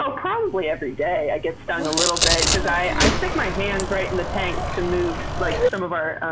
ah probably every day i get stung a little bit because i stick my hands right in the tank to move like some of our